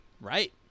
Right